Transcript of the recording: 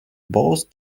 balls